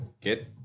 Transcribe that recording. get